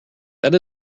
that